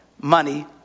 money